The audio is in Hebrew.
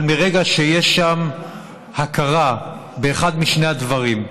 אבל מרגע שיש שם הכרה באחד משני הדברים,